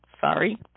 Sorry